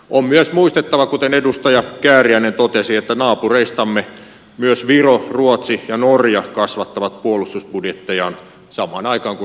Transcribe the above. on myös muistettava kuten edustaja kääriäinen totesi että naapureistamme myös viro ruotsi ja norja kasvattavat puolustusbudjettejaan samaan aikaan kuin suomi leikkaa